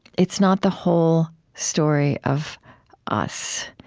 it's not the whole story of us.